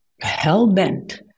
hell-bent